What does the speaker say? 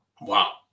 Wow